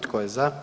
Tko je za?